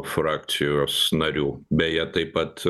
frakcijos narių beje taip pat